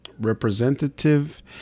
representative